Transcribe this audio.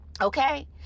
Okay